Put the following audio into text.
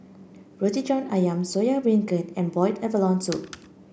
Roti John ayam Soya Beancurd and Boiled Abalone Soup